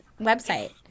website